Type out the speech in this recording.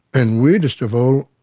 and weirdest of all,